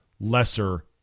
lesser